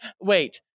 wait